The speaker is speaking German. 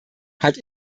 hat